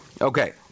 Okay